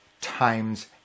times